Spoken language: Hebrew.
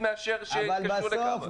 18% אמרו --- אבל בסוף,